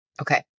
Okay